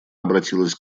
обратилась